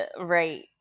right